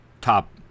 top